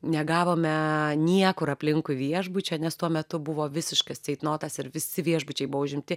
negavome niekur aplinkui viešbučio nes tuo metu buvo visiškas ceitnotas ir visi viešbučiai buvo užimti